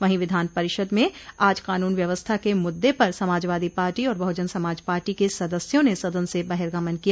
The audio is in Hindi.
वहीं विधान परिषद में आज कानून व्यवस्था के मुद्दे पर समाजवादी पार्टी और बहुजन समाज पार्टी के सदस्यों ने सदन से बहिगर्मन किया